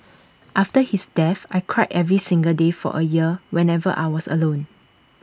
after his death I cried every single day for A year whenever I was alone